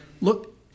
Look